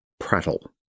prattle